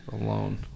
Alone